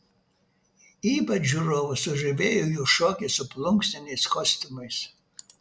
ypač žiūrovus sužavėjo jų šokis su plunksniniais kostiumais